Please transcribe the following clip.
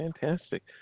fantastic